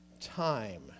time